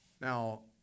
Now